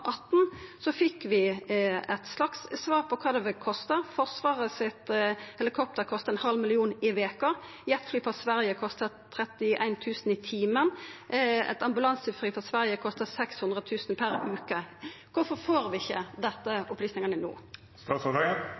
fekk vi eit slags svar på kva det ville kosta. Forsvarets helikopter kosta ein halv million kroner i veka. Jetfly frå Sverige kosta 31 000 kr i timen. Eit ambulansefly frå Sverige kosta 600 000 kr per veke. Kvifor får vi ikkje desse opplysningane